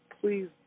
please